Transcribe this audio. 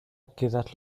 quedas